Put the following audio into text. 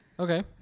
okay